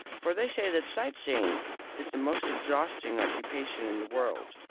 for they say that sight-seeing is the most exhausting occupation in the world.